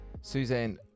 Suzanne